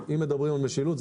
אם מדברים על משילות,